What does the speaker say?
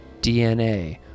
DNA